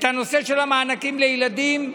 את הנושא של המענקים לילדים,